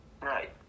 Right